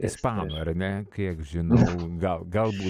ispanų ar ne kiek žinau gal galbūt